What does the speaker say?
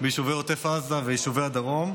ביישובי עוטף עזה וביישובי הדרום.